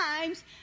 times